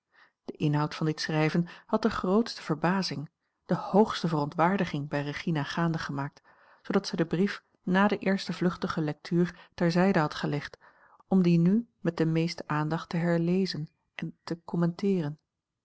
de inhoud van dit schrijven had de grootste verbazing de hoogste verontwaardiging bij regina gaande gemaakt zoodat zij den brief na de eerste vluchtige lectuur ter zijde had gelegd om dien nu met de meeste aandacht te herlezen en te